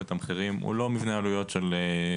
גם מבנה העלויות שאנחנו מתמחרים,